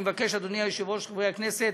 אני מבקש, אדוני היושב-ראש, חברי הכנסת,